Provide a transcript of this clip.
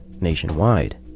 nationwide